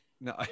No